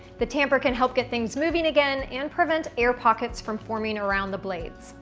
the tamper can help get things moving again and prevent air pockets from forming around the blades.